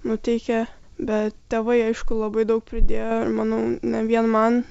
nuteikia bet tėvai aišku labai daug pridėjo ir manau ne vien man